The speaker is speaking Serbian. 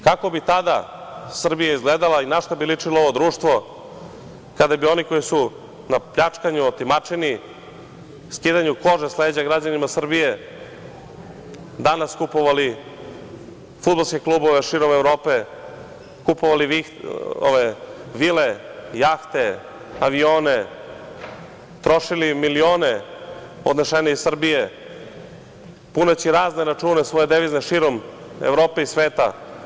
Kako bi tada Srbija izgledala i na šta bi ličilo ovo društvo kada bi oni koji su na pljačkanju, otimačini, skidanju kože sa leđa građanima Srbije, danas kupovali fudbalske klubove širom Evrope, kupovali vile, jahte, avione, trošili milione odnesene iz Srbije, puneći razne svoje devizne račune širom Evrope i sveta?